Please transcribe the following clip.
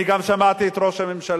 אני גם שמעתי את ראש הממשלה.